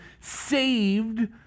saved